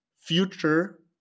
future